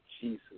Jesus